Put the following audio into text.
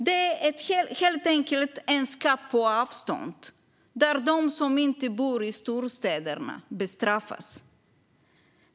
Det är helt enkelt en skatt på avstånd, och de som inte bor i storstäderna bestraffas.